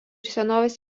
senovės